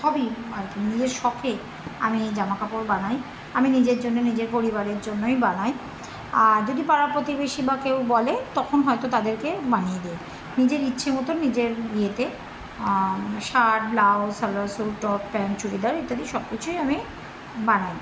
হবি আর কি নিজের শখে আমি জামা কাপড় বানাই আমি নিজের জন্য নিজের পরিবারের জন্যই বানাই আর যদি পাড়া প্রতিবেশী বা কেউ বলে তখন হয়তো তাদেরকে বানিয়ে দিই নিজের ইচ্ছে মতো নিজের ইয়েতে shirt blouse salwar suit top pant churidar ইত্যাদি সবকিছুই আমি বানাই